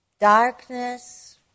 Darkness